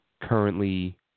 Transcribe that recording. currently